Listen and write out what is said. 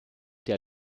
der